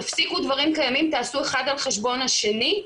תפסיקו דברים קיימים ותעשו אחד על חשבון השני.